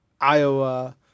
Iowa